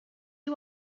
you